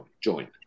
join